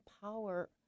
power